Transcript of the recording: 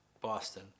Boston